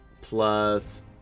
plus